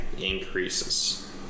increases